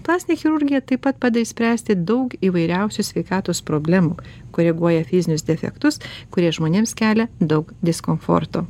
plastinė chirurgija taip pat padeda išspręsti daug įvairiausių sveikatos problemų koreguoja fizinius defektus kurie žmonėms kelia daug diskomforto